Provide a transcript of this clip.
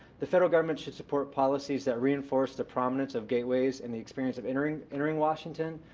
the federal government should support policies that reinforce the prominence of gateways and the experience of entering entering washington.